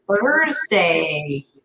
Thursday